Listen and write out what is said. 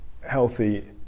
healthy